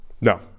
No